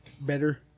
better